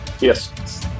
Yes